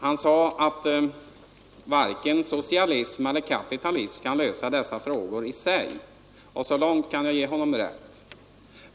Han sade att varken socialism eller kapitalism kan lösa dessa frågor i sig — och så långt kan jag ge honom rätt.